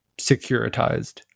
securitized